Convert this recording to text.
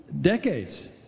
decades